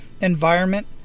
environment